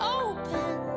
open